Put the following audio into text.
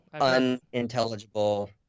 unintelligible